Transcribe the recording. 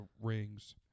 rings